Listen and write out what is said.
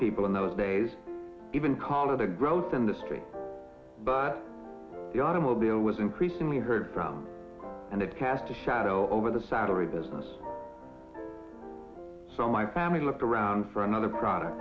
people in those days even call it a growth industry but the automobile was increasingly heard from and it cast a shadow over the salary business so my family looked around for another product